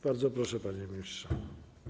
Bardzo proszę, panie ministrze.